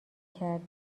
کردی